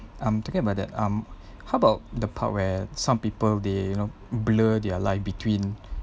um talking about that um how about the part where some people they you know blur their life between